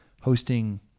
hosting